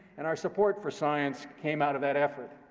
and our support for science came out of that effort,